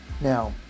Now